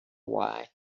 why